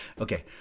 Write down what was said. Okay